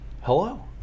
Hello